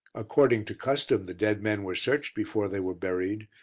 according to custom the dead men were searched before they were buried,